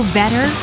better